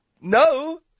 No